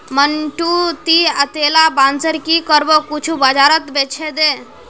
मंटू, ती अतेला बांसेर की करबो कुछू बाजारत बेछे दे